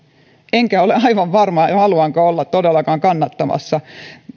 enkä ole aivan varma haluanko olla todellakaan kannattamassa